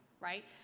Right